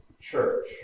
church